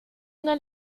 una